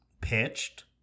pitched